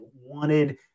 wanted